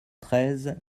treize